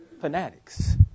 fanatics